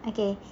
okay